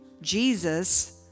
Jesus